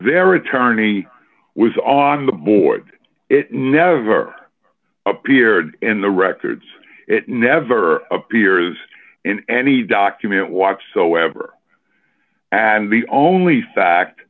their attorney was on the board it never appeared in the records it never appears in any document watch so ever and the only fact